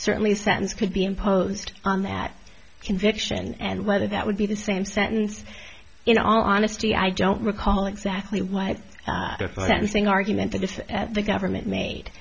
certainly sentence could be imposed on that conviction and whether that would be the same sentence in all honesty i don't recall exactly what sentencing argument that the government made